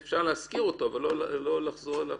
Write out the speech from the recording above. אפשר להזכיר אותו אבל לא לחזור עליו.